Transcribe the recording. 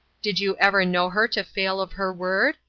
did you ever know her to fail of her word?